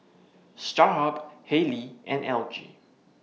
Starhub Haylee and LG